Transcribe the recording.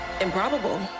improbable